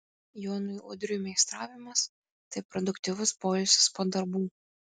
jonui udriui meistravimas tai produktyvus poilsis po darbų